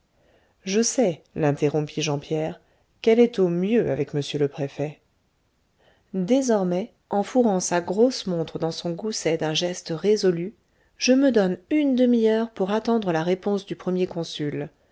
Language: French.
je sais l'interrompit jean pierre qu'elle est au mieux avec m le préfet désormais ajouta-t-il en fourrant sa grosse montre dans son gousset d'un geste résolu je me donne une demi-heure pour attendre la réponse du premier consul